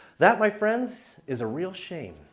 that, my friends, is a real shame.